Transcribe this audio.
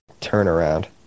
turnaround